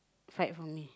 fight for me